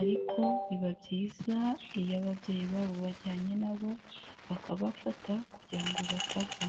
ariko biba byiza iyo ababyeyi babo bajyanye nabo, bakabafata kugira ngo batagwa.